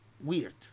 weird